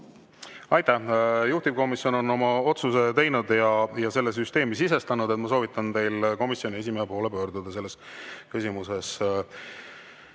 Aitäh! Juhtivkomisjon on oma otsuse teinud ja selle süsteemi sisestanud. Ma soovitan teil komisjoni esimehe poole pöörduda selles küsimuses.